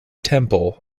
temple